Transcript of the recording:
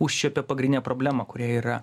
užčiuopė pagrindinę problemą kuri yra